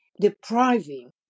depriving